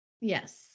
Yes